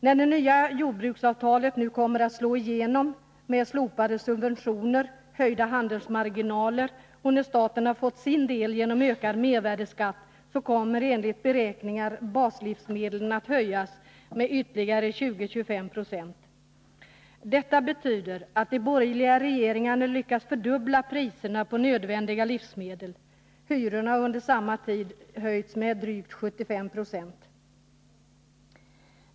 När det nya jordbruksavtalet har slagit igenom med slopade subventioner, efter höjda handelsmarginaler och när staten har fått sin del genom ökad mervärdeskatt, så kommer enligt beräkningar baslivsmedlen att höjas med ytterligare 20-25 20. Detta betyder att de borgerliga regeringarna lyckats fördubbla priserna på nödvändiga livsmedel. Hyrorna har under samma tid höjts med drygt 75 9.